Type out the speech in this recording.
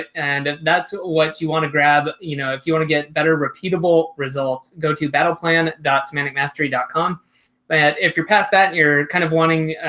and that's what you want to grab. you know, if you want to get better repeatable results, go to battle plan dot semantic mastery calm. but if you're past that you're kind of wanting,